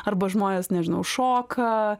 arba žmonės nežinau šoka